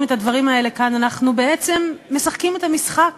את הדברים האלה כאן אנחנו בעצם משחקים את המשחק